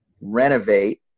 renovate